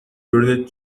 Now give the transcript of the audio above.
returned